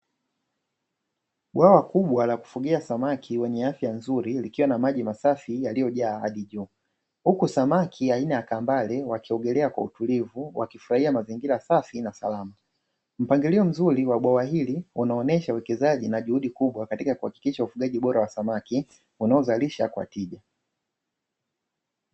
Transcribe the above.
Bwawa kubwa na kufugia samaki wenye afya nzuri likiwa na maji masafi yaliyojaa hadi juu, huku samaki aina ya kambale wakiongelea kwa utulivu wa kifurahia mazingira safi na salama, mpangilio mzuri wa bwawa hili unaonyesha uwekezaji na juhudi kubwa katika kuhakikisha ufugaji bora wa samaki unaozalisha kwa tija.